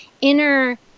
inner